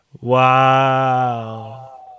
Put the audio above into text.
Wow